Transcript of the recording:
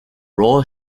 raw